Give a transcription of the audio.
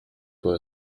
for